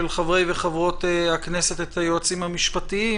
חברי וחברות הכנסת את היועצים המשפטיים,